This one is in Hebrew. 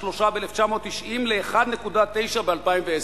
איש בבתי-החולים ירד מ-2.3 ב-1990 ל-1.9 ב-2010.